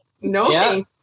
no